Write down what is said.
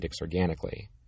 organically